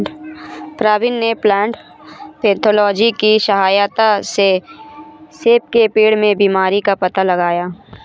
प्रवीण ने plant pathology की सहायता से सेब के पेड़ में बीमारी का पता लगाया